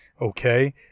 Okay